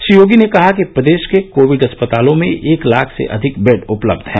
श्री योगी ने कहा कि प्रदेश के कोविड अस्पतालों में एक लाख से अधिक बेड उपलब्ध हैं